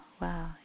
Wow